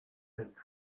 cette